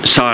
saa